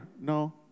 No